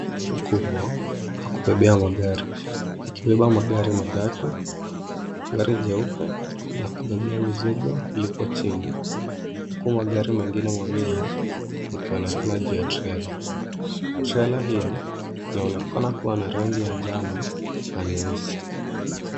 Lori kubwa la kubebea magari likibeba magari matatu. Gari jeupe la kubebea mizigo lipo chini huku magari mengine mawili yakionekana juu ya trela. Trela hio inaonekana kuwa na rangi ya njano na nyeusi.